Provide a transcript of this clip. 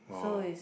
wow